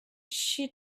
she